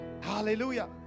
hallelujah